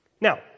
Now